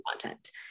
content